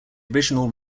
original